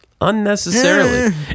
Unnecessarily